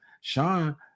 Sean